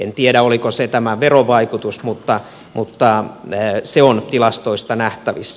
en tiedä oliko se tämän veron vaikutus mutta se on tilastoista nähtävissä